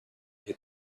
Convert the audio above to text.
had